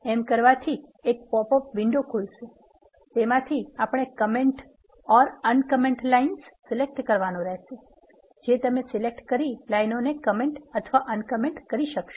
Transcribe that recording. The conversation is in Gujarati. એમ કરવાથી એક પોપ અપ વિંડો ખુલશે તેમાથી આપણે comment or uncomment lines select કરવાનુ રહેશે જે તમે સિલેક્ટ કરેલી લાઇનોને comment અથવા uncomments કરી દેશે